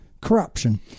Corruption